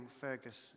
Fergus